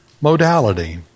modality